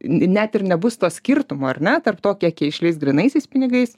net ir nebus to skirtumo ar ne tarp to kiek išleis grynaisiais pinigais